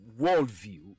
worldview